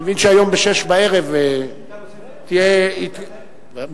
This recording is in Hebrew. אני מבין שהיום ב-18:00 תהיה, שאלה נוספת.